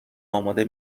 اماده